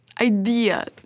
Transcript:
idea